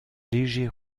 léger